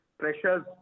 pressures